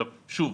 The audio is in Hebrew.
שוב,